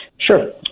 Sure